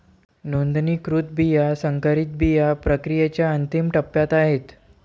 नोंदणीकृत बिया संकरित बिया प्रक्रियेच्या अंतिम टप्प्यात आहेत